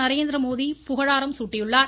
நரேந்திரமோடி புகழாரம் சூட்டியுள்ளார்